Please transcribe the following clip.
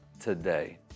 today